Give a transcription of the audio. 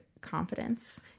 confidence